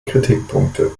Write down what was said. kritikpunkte